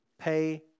Pay